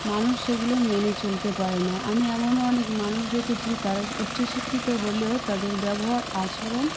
মানুষ সেগুলো মেনে চলতে পারে না আমি এমনও অনেক মানুষ দেখেছি তারা উচ্চশিক্ষিত হলেও তাদের ব্যবহার আচরণ